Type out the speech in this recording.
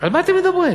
על מה אתם מדברים?